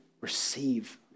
receive